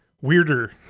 weirder